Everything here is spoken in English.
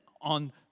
on